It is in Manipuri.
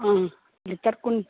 ꯑꯥ ꯂꯤꯇꯔ ꯀꯨꯟ